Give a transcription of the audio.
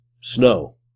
Snow